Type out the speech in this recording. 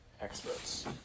experts